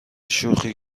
شوخی